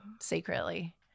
secretly